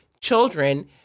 children